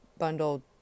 Bundle